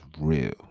real